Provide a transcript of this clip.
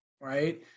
right